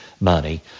money